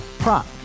Prop